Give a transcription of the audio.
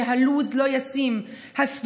שהלו"ז לא ישים וגם הסביבה.